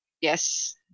Yes